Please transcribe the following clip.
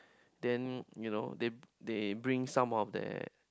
then you know they they bring some of that